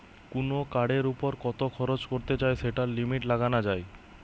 কুনো কার্ডের উপর কত খরচ করতে চাই সেটার লিমিট লাগানা যায়